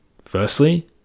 Firstly